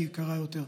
כי היא יקרה יותר.